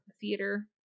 theater